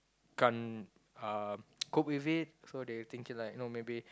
can't uh cope with it so they'll think like know maybe